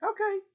Okay